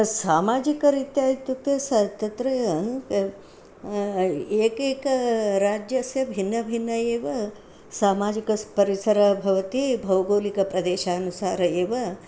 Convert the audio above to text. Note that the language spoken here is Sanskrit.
सामाजिकरीत्या इत्युक्ते स तत्र एकैकस्य राज्यस्य भिन्नभिन्नः एव सामाजिकः परिसरः भवति भौगोलिकप्रदेशानुसारम् एव